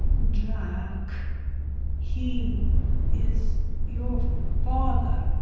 jack he is your father.